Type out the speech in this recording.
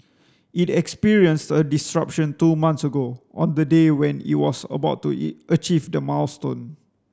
it experienced a disruption two months ago on the day when it was about to achieve the milestone